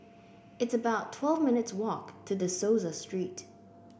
it's about twelve minutes' walk to De Souza Street